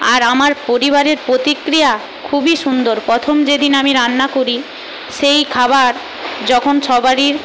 আর আমার পরিবারের প্রতিক্রিয়া খুবই সুন্দর প্রথম যেদিন আমি রান্না করি সেই খাবার যখন সবারির